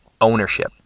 ownership